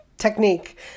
technique